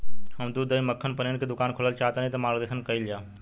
हम दूध दही मक्खन पनीर के दुकान खोलल चाहतानी ता मार्गदर्शन कइल जाव?